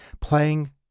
playing